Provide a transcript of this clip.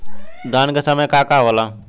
धान के समय का का होला?